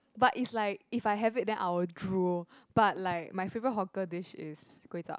but is like if I have it then I will drool but like my favourite hawker dish is kway-chap